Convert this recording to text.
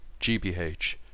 GBH